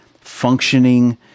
functioning